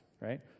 right